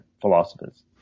philosophers